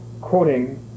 quoting